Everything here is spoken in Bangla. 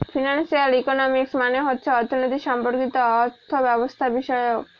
ফিনান্সিয়াল ইকোনমিক্স মানে হচ্ছে অর্থনীতি সম্পর্কিত অর্থব্যবস্থাবিষয়ক